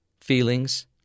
feelings